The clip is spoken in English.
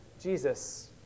Jesus